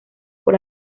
por